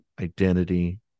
identity